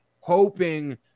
hoping